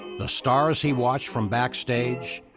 the stars he watched from backstage,